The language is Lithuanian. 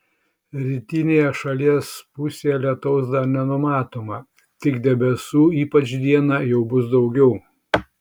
rytinėje šalies pusėje lietaus dar nenumatoma tik debesų ypač dieną jau bus daugiau